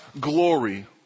glory